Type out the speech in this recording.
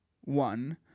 one